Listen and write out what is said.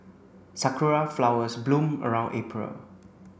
Sakura flowers bloom around April